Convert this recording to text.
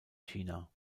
china